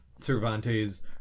Cervantes